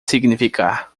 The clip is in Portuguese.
significar